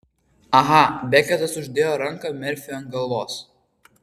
aha beketas uždėjo ranką merfiui ant galvos